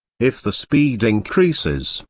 if the speed increases,